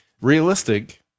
realistic